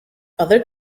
other